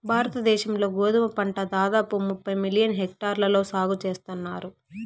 భారత దేశం లో గోధుమ పంట దాదాపు ముప్పై మిలియన్ హెక్టార్లలో సాగు చేస్తన్నారు